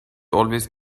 always